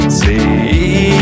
see